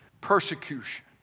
Persecution